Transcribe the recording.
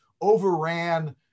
overran